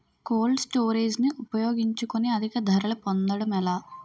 Cold storage ని ఉపయోగించుకొని అధిక ధరలు పొందడం ఎలా?